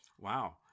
wow